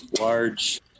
large